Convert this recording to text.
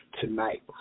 tonight